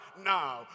now